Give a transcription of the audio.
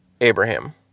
Abraham